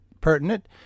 pertinent